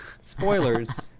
Spoilers